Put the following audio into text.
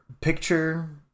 picture